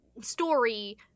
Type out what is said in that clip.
story